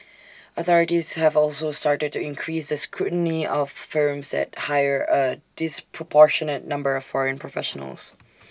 authorities have also started to increase the scrutiny of firms that hire A disproportionate number of foreign professionals